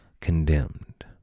condemned